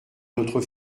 notre